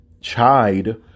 chide